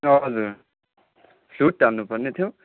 हजुर फ्ल्युट त हाल्नुपर्ने थियो